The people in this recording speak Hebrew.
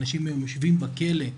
אנשים היום יושבים בכלא,